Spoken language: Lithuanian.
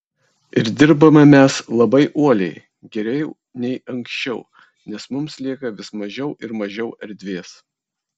ir dirbame mes labai uoliai geriau nei anksčiau nes mums lieka vis mažiau ir mažiau erdvės